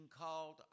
called